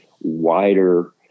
wider